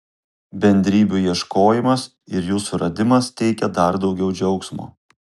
bendrybių ieškojimas ir jų suradimas teikia dar daugiau džiaugsmo